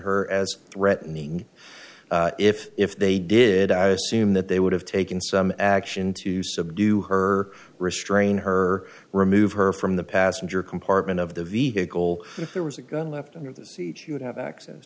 her as threatening if if they did i assume that they would have taken some action to subdue her restrain her remove her from the passenger compartment of the vehicle if there was a gun left in the seat you would have access